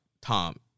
Tom